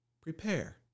Prepare